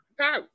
No